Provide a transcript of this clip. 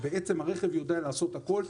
כך שבעצם הרכב יודע לעשות הכול,